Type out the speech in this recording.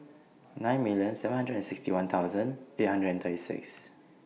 nine million seven hundred and sixty one thousand eight hundred and thirty six